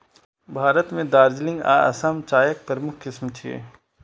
भारत मे दार्जिलिंग आ असम चायक प्रमुख किस्म छियै